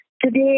today